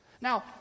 Now